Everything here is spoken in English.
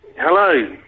Hello